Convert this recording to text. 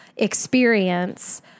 Experience